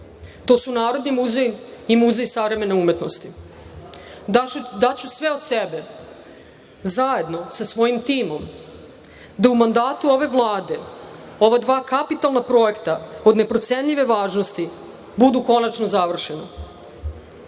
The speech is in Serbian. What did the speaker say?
To su Narodni muzej i Muzej savremene umetnosti. Daću sve od sebe, zajedno sa svojim timom, da u mandatu ove vlade ova dva kapitalna projekta od neprocenjive važnosti budu konačno završena. Važno